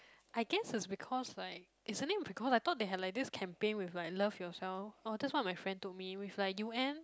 I guess is because like isn't it because I thought they have like this campaign with like love yourself oh that's what my friend told me which like U_N